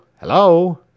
Hello